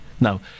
Now